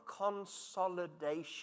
consolidation